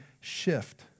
shift